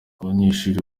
abanyeshuri